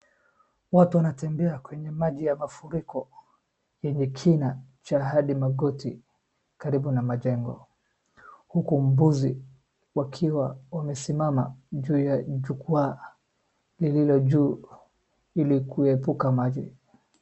Watu wanatembea kwenye maji ya mafuriko yenye kina cha hadi magoti karibu na majengo huku mbuzi wakiwa wamesimama juu ya jukwa lililo juu ilikuepuka maji.